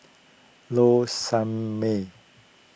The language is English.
Low Sanmay